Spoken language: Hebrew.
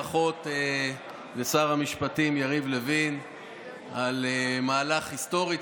ברכות לשר המשפטים יריב לוין על מהלך היסטורי,